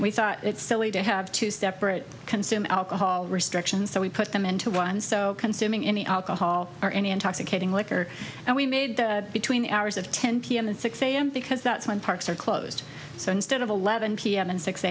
we thought it's silly to have two separate consume alcohol restrictions so we put them into one so consuming any alcohol or any intoxicating liquor and we made between the hours of ten p m and six a m because that's when parks are closed so instead of eleven p m and six